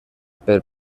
per